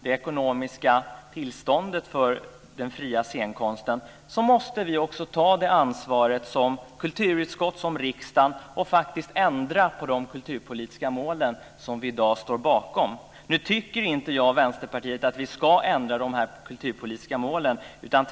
det ekonomiska tillståndet för den fria scenkonsten, måste vi också ta det ansvaret som kulturutskott och som riksdag och faktiskt ändra de kulturpolitiska mål som vi i dag står bakom. Nu tycker inte jag och Vänsterpartiet att vi ska ändra de kulturpolitiska målen.